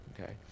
okay